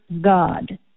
God